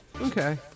Okay